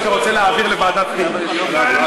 אדוני היושב-ראש,